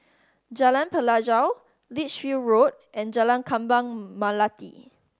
Jalan Pelajau Lichfield Road and Jalan Kembang Melati